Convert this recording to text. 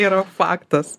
yra faktas